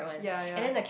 ya ya